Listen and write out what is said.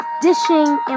Dishing